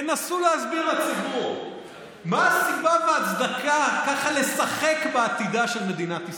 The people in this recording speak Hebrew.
תנסו להסביר לציבור מה הסיבה וההצדקה ככה לשחק בעתידה של מדינת ישראל.